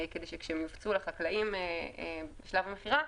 כדי שכאשר הם יופצו לחקלאים בשלב המכירה,